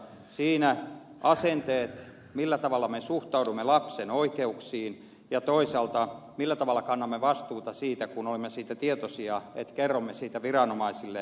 siinä asenteilla millä tavalla me suhtaudumme lapsen oikeuksiin ja toisaalta sillä millä tavalla kannamme vastuuta rikoksesta kun olemme siitä tietoisia että kerromme siitä viranomaisille on suuri merkitys